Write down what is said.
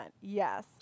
yes